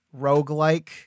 roguelike